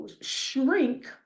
shrink